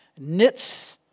knits